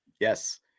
Yes